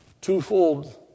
twofold